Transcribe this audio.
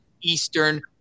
Eastern